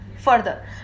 further